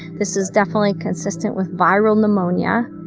this is definitely consistent with viral pneumonia,